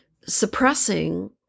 suppressing